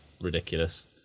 ridiculous